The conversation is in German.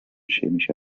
chemische